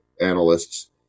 analysts